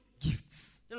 gifts